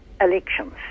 elections